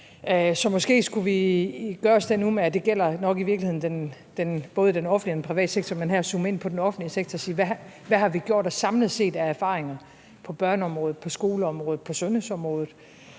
måske skulle vi gøre os den umage – og det gælder nok i virkeligheden både den offentlige og den private sektor, men her vil jeg zoome ind på den offentlige sektor – at spørge, hvad vi samlet set har gjort af erfaringer på børneområdet, på skoleområdet, på sundhedsområdet,